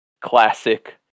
classic